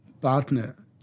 partner